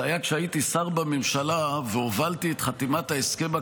זה היה כשהייתי שר בממשלה והובלתי את חתימת ההסכם הקואליציוני,